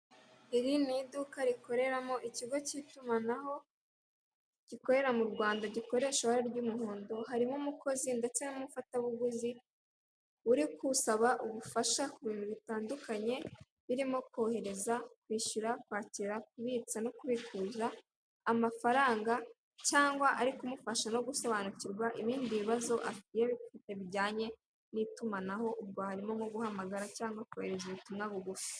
Iri ni uduka rikoreramo ikigo cy'itumanaho gikorera mu Rwanda, gikoresha ibara ry'umuhondo, harimo umukozi ndetse n'umufatabuguzi uri gusaba ubufasha ku bintu bitandukanye, birimo kohereza, kwishyura, kwakira, kubitsa no kubikuza amafaranga cyangwa ari kumufasha no gusobanukirwa ibindi bibazo agiye afite bijyanye n'itumanaho, ubwo harimo nko guhamagara cyangwa kohereza ubutumwa bugufi.